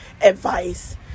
advice